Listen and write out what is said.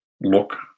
Look